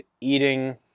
eating